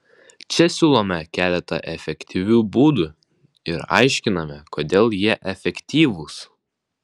čia siūlome keletą efektyvių būdų ir aiškiname kodėl jie efektyvūs